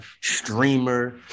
streamer